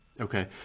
Okay